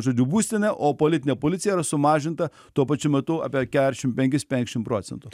žodžiu būstinę o politinė policija yra sumažinta tuo pačiu metu apie keturiasdešim penkis penkiasdešimt procentų